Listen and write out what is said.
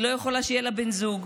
היא לא יכולה שיהיה לה בן זוג.